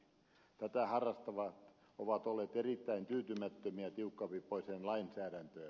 tätä harrastavat ovat olleet erittäin tyytymättömiä tiukkapipoiseen lainsäädäntöön